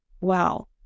wow